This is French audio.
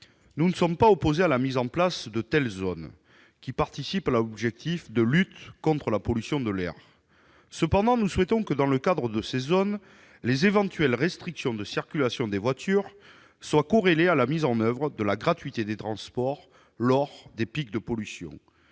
Nous ne sommes pas opposés à la mise en place de telles zones, qui contribuent à l'objectif de lutte contre la pollution de l'air. Cependant, nous souhaitons que, dans le cadre de ces zones, les éventuelles restrictions de circulation des voitures soient corrélées à la mise en oeuvre de la gratuité des transports lors des pics de pollution.